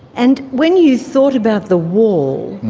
and when you thought about the wall,